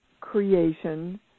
creation